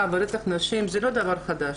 והיא קשה.